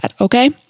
Okay